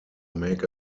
make